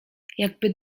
jakby